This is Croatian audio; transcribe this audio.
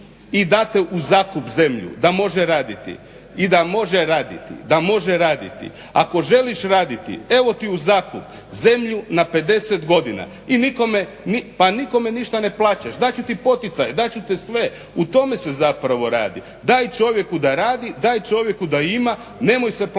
i date u zakup zemlju da može raditi, i da može raditi. Ako želiš raditi evo ti u zakup zemlju na 50 godina, pa nikome ništa ne plaćaš, dat ću ti poticaj, dat ću ti sve, u tome se zapravo radi. Daj čovjeku da radi, daj čovjeku da ima, nemoj se plašiti